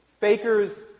Fakers